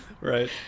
Right